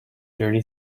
dirty